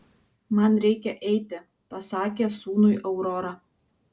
man reikia eiti pasakė sūnui aurora